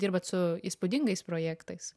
dirbat su įspūdingais projektais